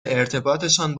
ارتباطشان